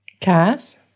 Cass